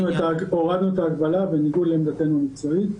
הורדנו את ההגבלה בניגוד לעמדתנו המקצועית.